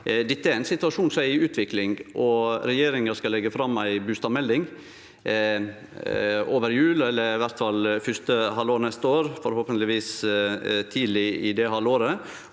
som er i utvikling. Regjeringa skal leggje fram ei bustadmelding over jul, eller i alle fall i fyrste halvår neste år – forhåpentlegvis tidleg i det halvåret.